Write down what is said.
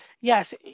yes